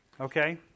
okay